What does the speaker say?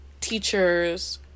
teachers